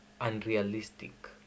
unrealistic